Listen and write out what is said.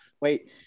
wait